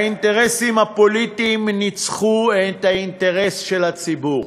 האינטרסים הפוליטיים ניצחו את האינטרס של הציבור.